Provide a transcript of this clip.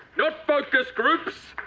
not focus groups,